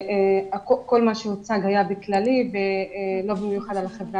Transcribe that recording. כל מה שהוצג היה בכללי ולא במיוחד על החברה